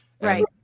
Right